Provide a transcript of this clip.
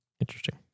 Interesting